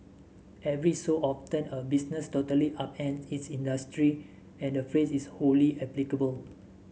every so often a business totally upends its industry and the phrase is wholly applicable